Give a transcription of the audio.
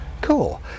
Cool